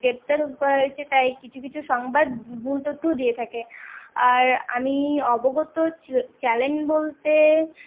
গ্রেফতার করা হয়েছে তাই কিছু কিছু সংবাদ ভুল তথ্যও দিয়ে থাকে আর আমি অবগত চ্যা চ্যানেল বলতে